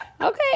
Okay